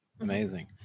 amazing